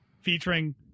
featuring